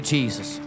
Jesus